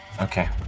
Okay